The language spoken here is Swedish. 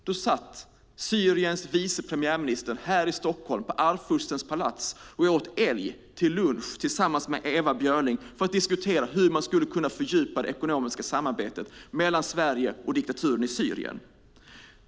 Då satt Syriens vice premiärminister här i Stockholm, i Arvfurstens palats, och åt älg till lunch tillsammans med Ewa Björling för att diskutera hur man skulle kunna fördjupa det ekonomiska samarbetet mellan Sverige och diktaturen i Syrien.